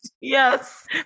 Yes